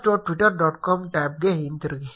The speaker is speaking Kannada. com ಟ್ಯಾಬ್ಗೆ ಹಿಂತಿರುಗಿ